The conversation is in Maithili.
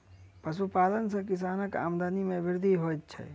पशुपालन सॅ किसानक आमदनी मे वृद्धि होइत छै